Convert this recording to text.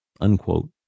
Unquote